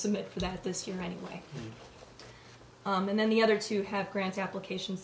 submit for that this year anyway and then the other two have grants application